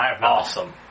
awesome